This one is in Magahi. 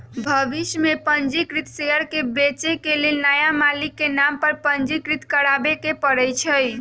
भविष में पंजीकृत शेयर के बेचे के लेल नया मालिक के नाम पर पंजीकृत करबाबेके परै छै